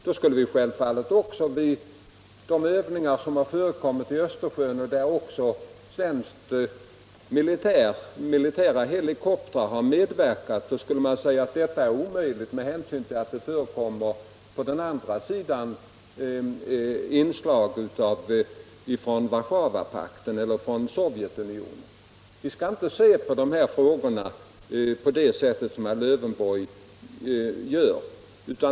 Då skulle vi självfallet också när det gäller de övningar som har bedrivits i Östersjön, och där svenska militära helikoptrar har medverkat, säga att det är omöjligt att fortsätta samarbetet med hänsyn till att det på den andra sidan förekommer inslag från Warszawapakten eller Sovjetunionen. Vi skall inte se på de här frågorna på det sätt som herr Lövenborg gör.